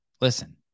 Listen